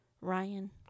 Ryan